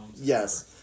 Yes